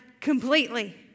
completely